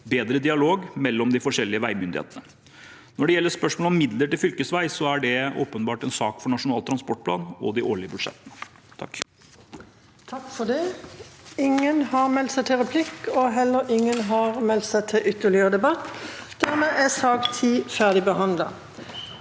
bedre dialog mellom de forskjellige veimyndighetene. Når det gjelder spørsmål om midler til fylkesvei, er det åpenbart en sak for Nasjonal transportplan og de årlige budsjettene.